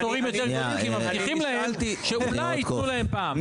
תורים יותר גדולים כי מבטיחים להם שאולי יתנו להם פעם.